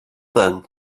then